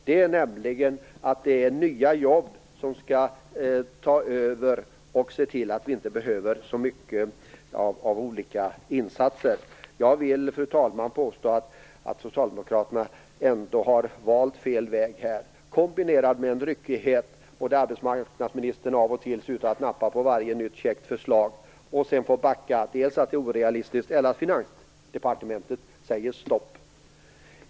Vi anser att det är nya jobb som skall ta över och se till att vi inte behöver så mycket av olika insatser. Jag vill, fru talman, påstå att Socialdemokraterna här har valt fel väg. Till detta kommer en ryckighet och arbetsmarknadsministerns benägenhet att av och till nappa på varje nytt käckt förslag för att sedan få backa, antingen därför att det är orealistiskt eller därför att Finansdepartementet säger stopp.